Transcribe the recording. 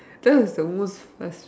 that was the most worst